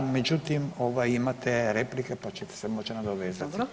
Ali međutim imate replike pa ćete se moći nadovezati.